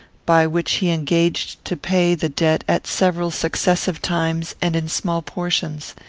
by which he engaged to pay the debt at several successive times and in small portions.